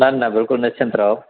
न न बिल्कुल निश्चिंत रहो